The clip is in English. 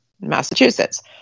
Massachusetts